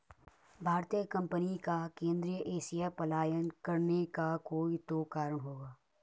भारतीय कंपनी का केंद्रीय एशिया पलायन करने का कोई तो कारण होगा